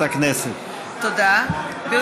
הודעה למזכירת הכנסת.